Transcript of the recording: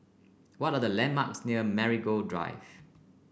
what are the landmarks near Marigold Drive